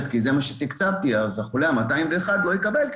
שזה מה שתקצבנו אז החולה ה-201 לא יקבל,